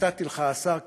שנתתי לך, השר כחלון,